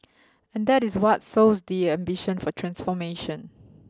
and that is what sows the ambition for transformation